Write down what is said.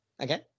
Okay